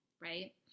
right